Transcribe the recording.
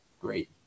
great